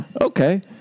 Okay